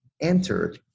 entered